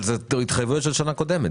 אבל אלה התחייבויות של השנה הקודמת,